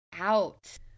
out